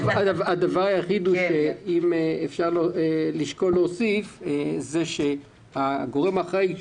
הדבר היחיד שאפשר לשקול להוסיף הוא שהגורם האחראי,